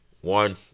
one